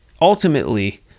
ultimately